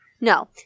No